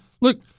look